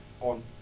on